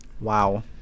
wow